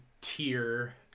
tier